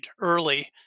early